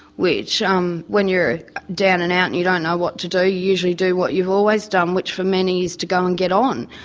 which um when you're down-and-out and you don't know what to do, you usually do what you've always done, which for many is to go and get on.